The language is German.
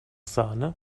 sahne